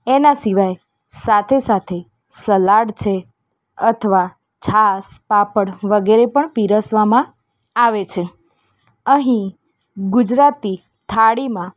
એના સિવાય સાથે સાથે સલાડ છે અથવા છાશ પાપડ વગેરે પણ પીરસવામાં આવે છે અહીં ગુજરાતી થાળીમાં